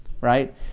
right